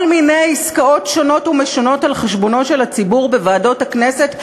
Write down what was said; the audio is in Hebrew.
מיני עסקאות שונות ומשונות על חשבונו של הציבור בוועדות הכנסת?